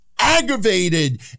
aggravated